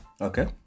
Okay